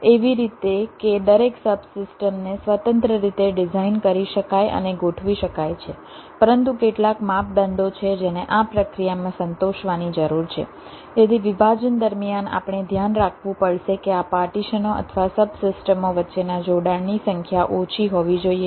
એવી રીતે કે દરેક સબસિસ્ટમને સ્વતંત્ર રીતે ડિઝાઇન કરી શકાય અને ગોઠવી શકાય છે પરંતુ કેટલાક માપદંડો છે જેને આ પ્રક્રિયામાં સંતોષવાની જરૂર છે તેથી વિભાજન દરમિયાન આપણે ધ્યાન રાખવું પડશે કે આ પાર્ટીશનો અથવા સબસિસ્ટમો વચ્ચેના જોડાણોની સંખ્યા ઓછી હોવી જોઈએ